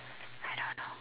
I don't know